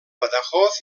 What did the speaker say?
badajoz